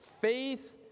faith